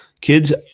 kids –